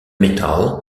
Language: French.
metal